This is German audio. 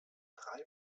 drei